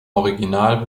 original